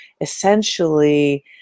essentially